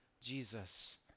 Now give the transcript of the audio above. Jesus